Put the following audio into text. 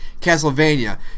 Castlevania